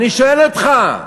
אני שואל אותך.